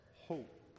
hope